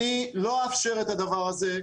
אני לא אאפשר את הדבר הזה.